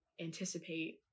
anticipate